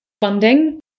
funding